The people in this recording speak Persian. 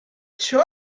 چاق